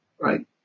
right